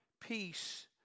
peace